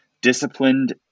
disciplined